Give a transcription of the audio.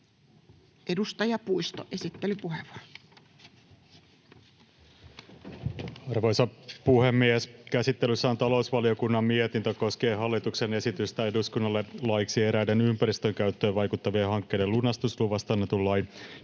Edustaja Puisto, esittelypuheenvuoro. Arvoisa puhemies! Käsittelyssä on talousvaliokunnan mietintö koskien hallituksen esitystä eduskunnalle laeiksi eräiden ympäristön käyttöön vaikuttavien hankkeiden lunastusluvasta annetun lain ja kiinteän